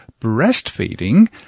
breastfeeding